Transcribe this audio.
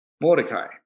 Mordecai